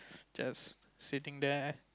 just sitting there